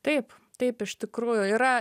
taip taip iš tikrųjų yra